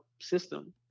system